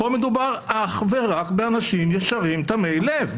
פה מדובר אך ורק באנשים ישרים ותמי לב.